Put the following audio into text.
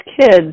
kids